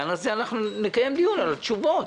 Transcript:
אנחנו נקיים דיון על התשובות.